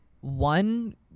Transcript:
one